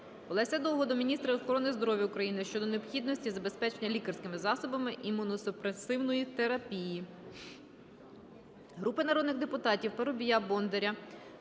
Олеся Довгого до міністра охорони здоров'я України щодо необхідності забезпечення лікарськими засобами імуносупресивної терапії.